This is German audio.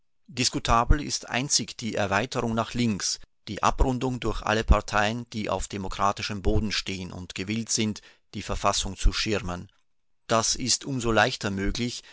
diskutabel ist einzig die erweiterung nach links die abrundung durch alle parteien die auf demokratischem boden stehen und gewillt sind die verfassung zu schirmen das ist um so leichter möglich